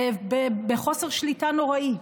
בחוסר שליטה נוראי.